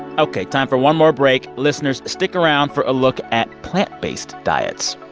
ok. time for one more break. listeners, stick around for a look at plant-based diets.